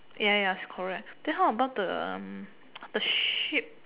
ya ya is correct then how about the the ship